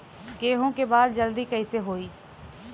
गेहूँ के बाल जल्दी कईसे होई?